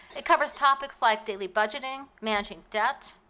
it covers topics like daily budgeting, managing debt,